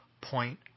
point